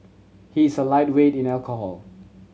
he is a lightweight in alcohol